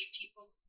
people